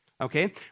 Okay